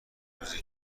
روزی